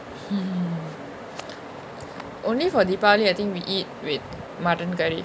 mm only for deepavali I think we eat with modern curry